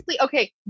Okay